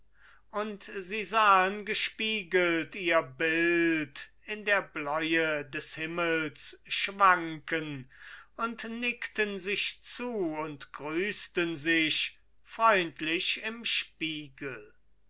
und sie sahen gespiegelt ihr bild in der bläue des himmels schwanken und nickten sich zu und grüßten sich freundlich im spiegel